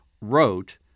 wrote